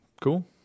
cool